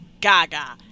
Gaga